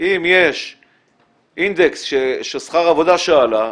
אם יש אינדקס של שכר עבודה שעלה,